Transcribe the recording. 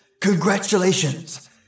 congratulations